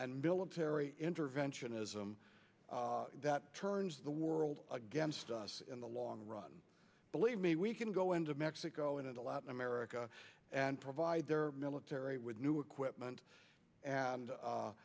and military intervention ism that turns the world against us in the long run believe me we can go into mexico and into latin america and provide their military with new equipment and